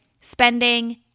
spending